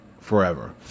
forever